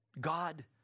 God